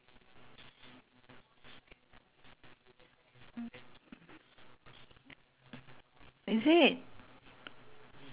bangkit bangkit some stalls ah you have to check but usually it's expensive ah bangkit I go geylang also